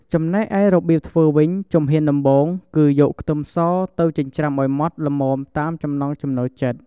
ចំណែកឯរបៀបធ្វើវិញ ជំហានដំបូង គឺ យកខ្ទឹមស ទៅចិញ្ច្រាំឱ្យម៉ដ្ឋល្មមតាមចំណង់ចំណូលចិត្ត។